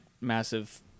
Massive